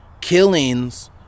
killings